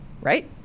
right